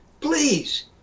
please